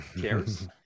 cares